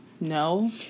No